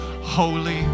holy